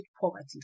poverty